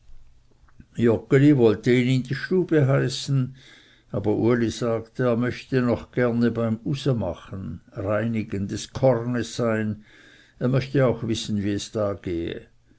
ihn in die stube heißen aber uli sagte er möchte noch gerne beim usemachen des kornes sein er möchte auch wissen wie es da gehe